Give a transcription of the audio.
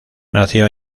nació